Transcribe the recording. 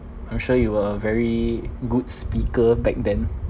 I'm sure you were a very good speaker back then